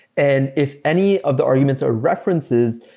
and if any of the arguments are references,